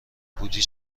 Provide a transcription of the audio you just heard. بودی